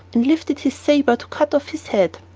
and lifted his sabre to cut off his head.